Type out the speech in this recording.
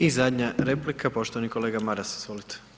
I zadnja replika poštovani kolega Maras, izvolite.